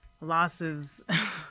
losses